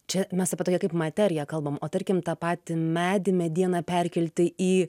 čia mes apie tokią kaip materiją kalbam o tarkim tą patį medį medieną perkelti į